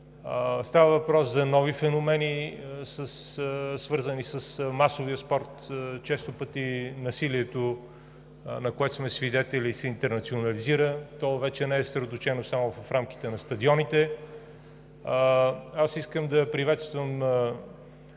Става въпрос за нови феномени, свързани с масовия спорт. Често пъти насилието, на което сме свидетели, се интернационализира. То вече не е съсредоточено само в рамките на стадионите. Искам да приветствам